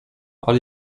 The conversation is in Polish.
ale